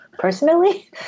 personally